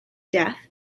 death